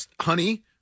honey